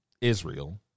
Israel